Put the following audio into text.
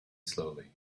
slowly